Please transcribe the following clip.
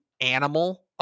animal